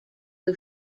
who